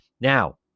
Now